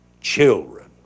children